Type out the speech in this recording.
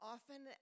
Often